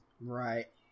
right